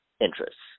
interests